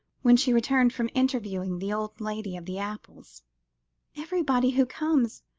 when she returned from interviewing the old lady of the apples everybody who comes,